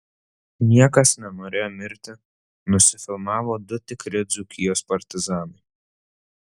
niekas nenorėjo mirti nusifilmavo du tikri dzūkijos partizanai